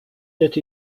that